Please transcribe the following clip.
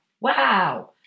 wow